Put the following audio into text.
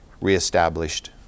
reestablished